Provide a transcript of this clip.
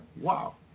Wow